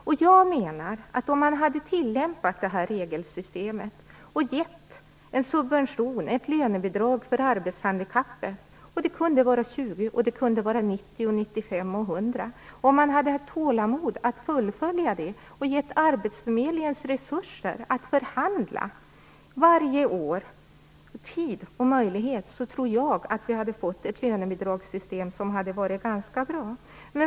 Om man hade tillämpat det här regelsystemet och gett en subvention, ett lönebidrag för arbetshandikappet - det kunde vara 20, 90, 95 eller 100 - och om man hade haft tålamod att fullfölja det och gett arbetsförmedlingen resurser, tid och möjlighet att förhandla varje år, tror jag att vi hade fått ett lönebidragssystem som hade varit ganska bra.